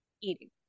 eating